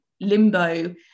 limbo